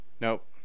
Nope